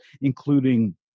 including